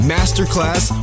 Masterclass